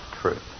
truth